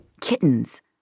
Kittens